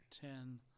ten